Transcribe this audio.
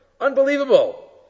Unbelievable